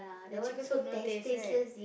the chicken soup no taste right